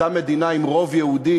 אותה מדינה עם רוב יהודי,